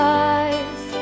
eyes